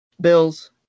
Bills